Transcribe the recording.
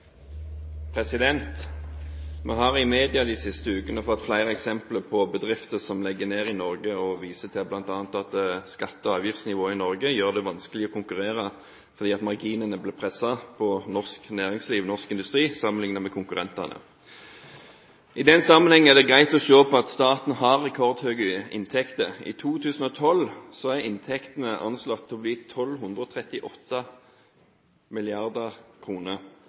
ukene fått flere eksempler på bedrifter som legger ned i Norge, som bl.a. viser til at skatte- og avgiftsnivået i Norge gjør det vanskelig å konkurrere fordi marginene blir presset i norsk næringsliv, norsk industri, sammenliknet med konkurrentene. I den sammenheng er det greit å se på at staten har rekordhøye inntekter. I 2012 er inntektene anslått til å bli